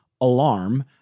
alarm